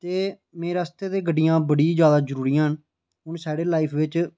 एह् मेरे आस्तै गड्डियां बड़ियां गै जरूरी न जेह्की मेरी लाइफ च